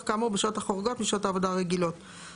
פיקוח וטרינרי במפעל 214. (א)